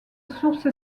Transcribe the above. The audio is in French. source